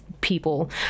people